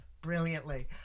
brilliantly